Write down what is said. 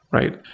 right?